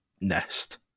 nest